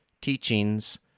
teachings